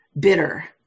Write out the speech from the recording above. bitter